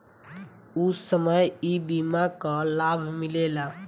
ऊ समय ई बीमा कअ लाभ मिलेला